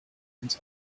ins